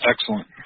Excellent